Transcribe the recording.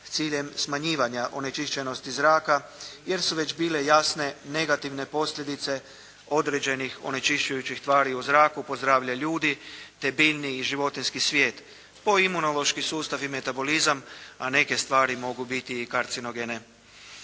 ciljem smanjivanja onečišćenosti zraka, jer su već bile jasne negativne posljedice određenih onečišćujućih tvari u zraku po zdravlja ljudi, te biljni i životinjski svijet, po imunološki sustav i metabolizam, a neke stvari mogu biti i karcinogene.